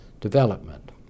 Development